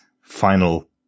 final